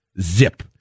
Zip